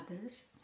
others